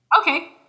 Okay